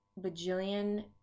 bajillion